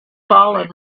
fallen